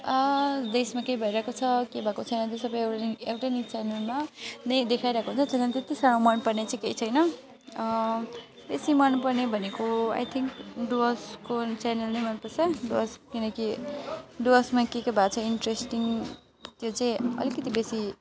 देशमा केही भइरहेको छ के भएको छैन त्यो सबै एउटै एउटै न्युज च्यानलमा नै देखाइरहेको हुन्छ त्यही कारण त्यत्ति साह्रो मनपर्ने चाहिँ केही छैन बेसी मनपर्ने भनेको आई थिङ्क डुवर्सको च्यानल नै मनपर्छ डुवर्स किनकि डुवर्समा के के भएको छ इन्सट्रेस्टिङ त्यो चाहिँ अलिकति बेसी